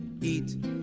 eat